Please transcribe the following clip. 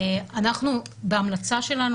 אנחנו בהמלצה שלנו,